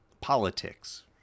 politics